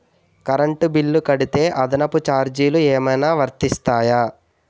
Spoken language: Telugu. కరెంట్ బిల్లు కడితే అదనపు ఛార్జీలు ఏమైనా వర్తిస్తాయా?